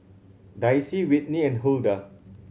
Dicy Whitney and Huldah